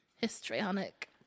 Histrionic